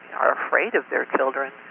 are afraid of their children.